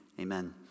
Amen